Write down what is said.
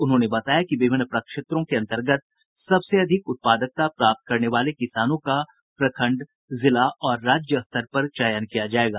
उन्होंने बताया कि विभिन्न प्रक्षेत्रों के अंतर्गत सबसे अधिक उत्पादकता प्राप्त करने वाले किसानों का प्रखण्ड जिला और राज्य स्तर पर चयन किया जायेगा